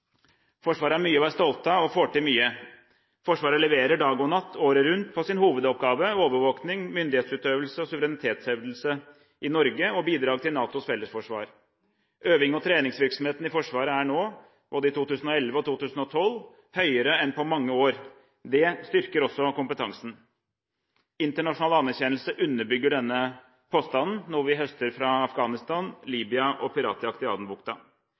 Forsvaret har mye å være stolt av og får til mye. Forsvaret leverer dag og natt, året rundt, på sin hovedoppgave: overvåkning, myndighetsutøvelse og suverenitetsutøvelse i Norge og bidrag til NATOs fellesforsvar. Øvings- og treningsvirksomheten i Forsvaret er nå, både i 2011 og 2012, høyere enn på mange år. Det styrker også kompetansen. Internasjonal anerkjennelse underbygger denne påstanden, noe vi høster fra Afghanistan, Libya og piratjakt i